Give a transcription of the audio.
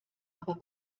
aber